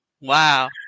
Wow